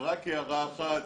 רק הערה אחת,